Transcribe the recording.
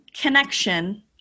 connection